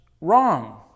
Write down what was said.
wrong